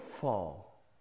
fall